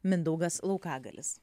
mindaugas laukagalis